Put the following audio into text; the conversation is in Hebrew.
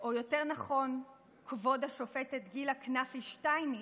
או יותר נכון כבוד השופטת גילה כנפי שטייניץ,